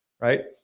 right